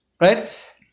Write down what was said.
right